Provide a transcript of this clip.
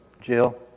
Jill